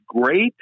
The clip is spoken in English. great